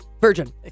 Virgin